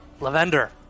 Lavender